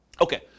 Okay